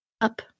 up